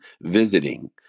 visiting